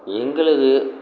எங்களது